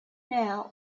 now